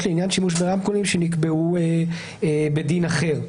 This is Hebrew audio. לעניין שימוש ברמקולים שנקבעו בדין אחר.